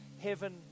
heaven